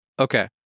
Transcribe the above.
okay